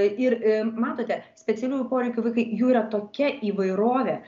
ir matote specialiųjų poreikių vaikai jų yra tokia įvairovė